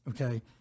okay